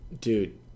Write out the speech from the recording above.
Dude